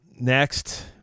next